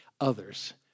others